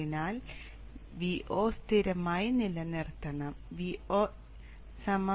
അതിനാൽ Vo സ്ഥിരമായി നിലനിർത്തണം Vo Vin